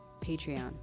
Patreon